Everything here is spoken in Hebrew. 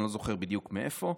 אני לא זוכר בדיוק מאיפה,